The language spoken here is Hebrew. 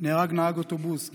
נהרג נהג אוטובוס,